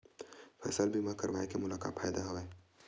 फसल बीमा करवाय के मोला का फ़ायदा हवय?